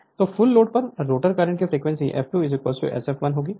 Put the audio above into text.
Refer Slide Time 0806 तो full load पर rotor current की फ्रीक्वेंसी f2Sfl f होगी